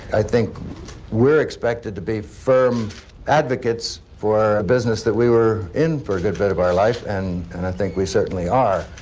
i think we're expected to be firm advocates for the business that we were in for a good bit of our life, and and i think we certainly are.